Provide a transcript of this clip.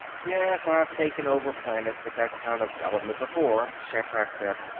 yes. i've taken over planets with that kind of government before, shatrak said.